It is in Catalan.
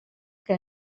que